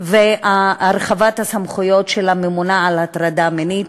ולהרחבת הסמכויות של הממונה על הטרדה מינית.